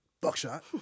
Buckshot